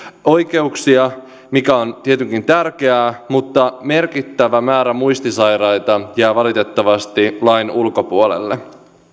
oikeuksia mikä on tietenkin tärkeää mutta merkittävä määrä muistisairaita jää valitettavasti lain ulkopuolelle